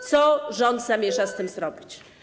Co rząd zamierza z tym zrobić?